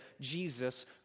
Jesus